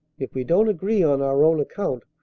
if we don't agree on our own account,